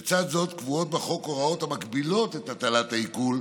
לצד זאת קבועות בחוק הוראות המגבילות את הטלת העיקול,